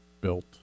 built